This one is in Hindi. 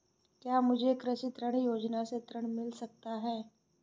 क्या मुझे कृषि ऋण योजना से ऋण मिल सकता है?